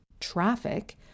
traffic